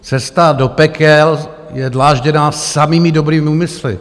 Cesta do pekel je dlážděná samými dobrými úmysly.